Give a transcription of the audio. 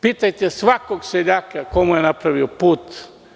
Pitajte svakog seljaka ko mu je napravio put.